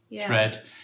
thread